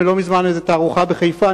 לא מזמן איזו תערוכה בחיפה.